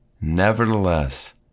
Nevertheless